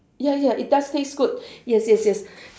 ya ya it does taste good yes yes yes